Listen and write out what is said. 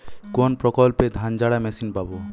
কোনপ্রকল্পে ধানঝাড়া মেশিন পাব?